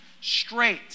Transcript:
straight